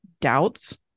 doubts